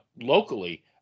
locally